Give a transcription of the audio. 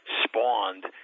spawned